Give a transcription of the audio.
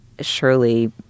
surely